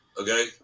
Okay